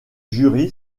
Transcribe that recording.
jury